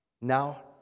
Now